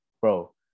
Bro